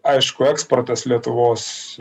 aišku eksportas lietuvos